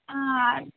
ಹಾಂ